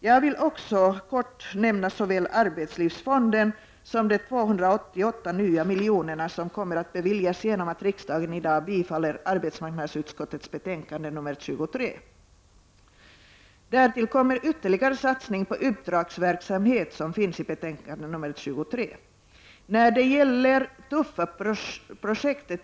Jag vill också kortfattat nämna såväl arbetslivsfonden som de 288 nya miljonerna som kommer att beviljas genom att riksdagen i dag bifaller arbetsmarknadsutskottets betänkande 23. Därtill kommer en ytterligare satsning på uppdragsverksamhet som beskrivs i betänkande 23.